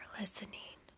listening